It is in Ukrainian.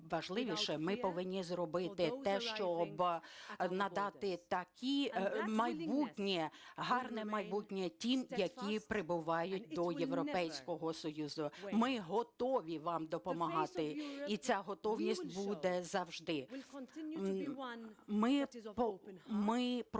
ми повинні зробити те, щоб надати майбутнє, гарне майбутнє тим, які прибувають до Європейського Союзу, ми готові вам допомагати і ця готовність буде завжди. Ми продовжуємо бути відкритими,